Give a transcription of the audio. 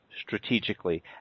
strategically